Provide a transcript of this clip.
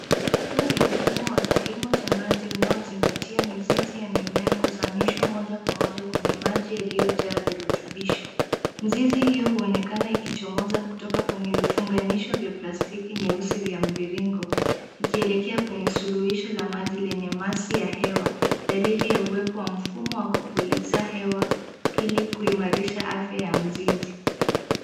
Huu ni mfumo wa kilimo cha maji unaozingatia mizizi ya mimea kuzamishwa moja kwa moja kwenye maji yaliyojaa virutubisho. Mzizi hiyo huonekana ikichomoza kutoka kwenye vifunganisho vya plastiki nyeusi vya mviringo. Ikielekea kwenye suluhisho la maji lenye masi ya hewa. Dalili ya uwepo wa mfumo wa kupuliza hewa, pili kuimarisha afya ya mzizi.